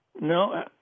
No